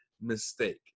mistake